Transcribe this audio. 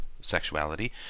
sexuality